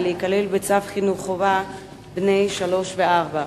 להיכלל בצו חינוך חובה לבני שלוש וארבע?